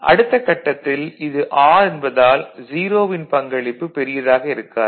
அடுத்தக் கட்டத்தில் இது ஆர் என்பதால் 0 வின் பங்களிப்பு பெரியதாக இருக்காது